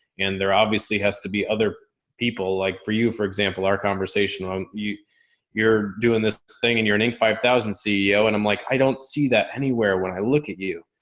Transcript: and there obviously has to be other people, like for you, for example, our conversation, um you're doing this thing and you're an inc five thousand ceo and i'm like, i don't see that anywhere when i look at you.